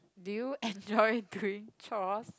do you enjoy doing chores